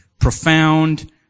profound